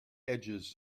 edges